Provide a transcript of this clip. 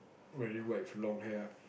very white with long hair ah